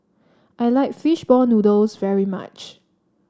I like fish ball noodles very much